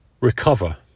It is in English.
Recover